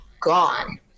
gone